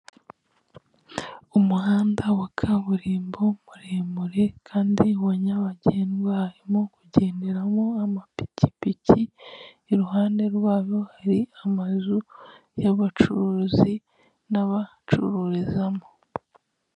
Umuhanda wa kaburimbo muremure kandi wa nyabagendwa harimo kugenderamo amapikipiki, iruhande rwabo hari amazu y'abacuruzi n'abacururizamo.